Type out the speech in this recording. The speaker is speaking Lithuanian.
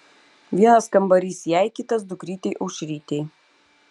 vienas kambarys jai kitas dukrytei aušrytei